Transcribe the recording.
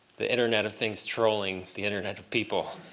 the internet of things trolling the internet of people.